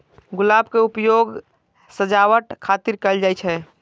गुलाब के उपयोग सजावट खातिर कैल जाइ छै